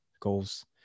goals